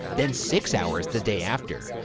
then six hours the day after.